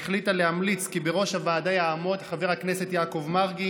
החליטה להמליץ כי בראש הוועדה יעמוד חבר הכנסת יעקב מרגי.